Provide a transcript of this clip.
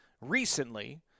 recently